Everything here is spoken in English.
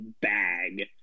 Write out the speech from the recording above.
bag